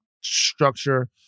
structure